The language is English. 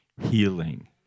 healing